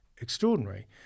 extraordinary